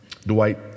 Dwight